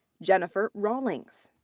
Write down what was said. jennifer rawlings.